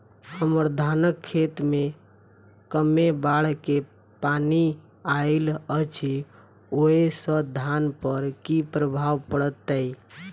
हम्मर धानक खेत मे कमे बाढ़ केँ पानि आइल अछि, ओय सँ धान पर की प्रभाव पड़तै?